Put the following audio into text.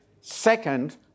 Second